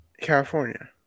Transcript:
California